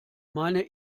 meine